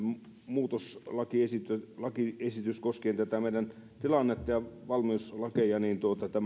muutoslakiesitys koskien tätä meidän tilannetta ja valmiuslakeja on